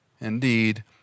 Indeed